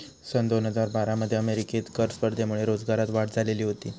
सन दोन हजार बारा मध्ये अमेरिकेत कर स्पर्धेमुळे रोजगारात वाढ झालेली होती